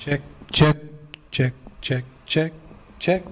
but check check check check check